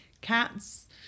cats